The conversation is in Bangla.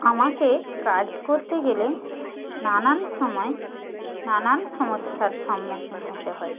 আমাকে কাজ করতে গেলে নানান সময়ে নানান সমস্যার সম্মুখীন হতে হয়